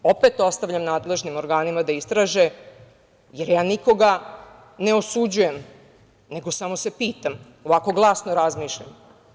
Opet ostavljam nadležnim organima da istraže jer ja nikoga ne osuđujem, nego samo se pitam, ovako glasno razmišljam.